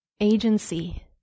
agency